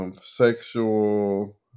sexual